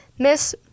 Miss